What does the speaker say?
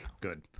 Good